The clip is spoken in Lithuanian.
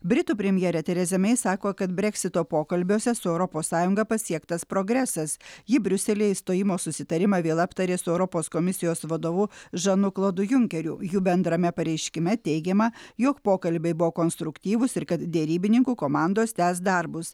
britų premjerė tereza mei sako kad breksito pokalbiuose su europos sąjunga pasiektas progresas ji briuselyje išstojimo susitarimą vėl aptarė su europos komisijos vadovu žanu klodu junkeriu jų bendrame pareiškime teigiama jog pokalbiai buvo konstruktyvūs ir kad derybininkų komandos tęs darbus